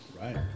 right